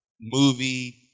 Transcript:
movie